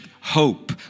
hope